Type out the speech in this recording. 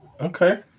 Okay